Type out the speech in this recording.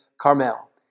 Carmel